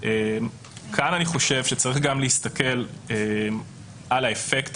כאן אני חושב שצריך גם להסתכל על האפקט